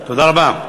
תודה רבה.